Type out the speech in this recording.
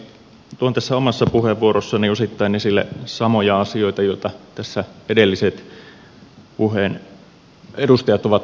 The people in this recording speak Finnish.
tuon tässä omassa puheenvuorossani esille osittain samoja asioita joita tässä edelliset edustajat ovat puhuneet